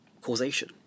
causation